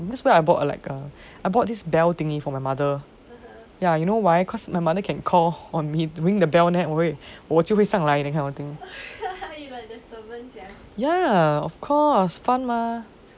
this is where I bought like a this bell thing for my mother ya you know why because my mother can call on me ring the bell 我就会上来 liao ya of course fun mah